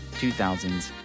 2000s